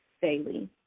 daily